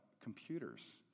computers